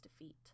defeat